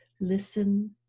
listen